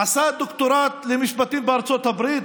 עשה דוקטורט במשפטים בארצות הברית.